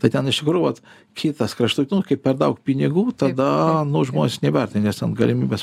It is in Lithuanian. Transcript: tai ten iš tikrųjų vat kitas kraštutinumas kai per daug pinigų tada nu žmonės nevertina nes ten galimybės